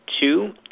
Two